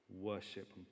worship